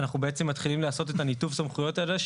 אנחנו בעצם מתחילים לעשות את ניתוב הסמכויות האלה,